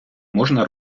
можна